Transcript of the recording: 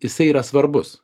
jisai yra svarbus